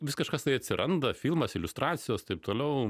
vis kažkas tai atsiranda filmas iliustracijos taip toliau